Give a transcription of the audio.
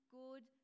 good